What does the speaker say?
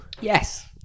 Yes